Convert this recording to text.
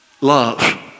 Love